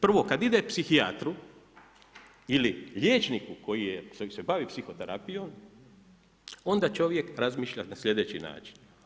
Prvo kad ide psihijatru ili liječniku koji se bavi psihoterapijom, onda čovjek razmišlja na sljedeći način.